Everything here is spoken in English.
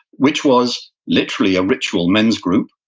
which was literally a ritual men's group,